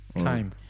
time